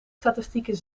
statistieken